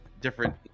different